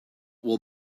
will